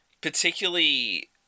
particularly